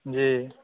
जी